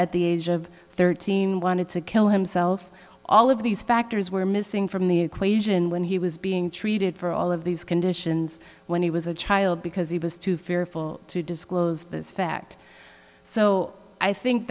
at the age of thirteen wanted to kill himself all of these factors were missing from the equation when he was being treated for all of these conditions when he was a child because he was too fearful to disclose this fact so i think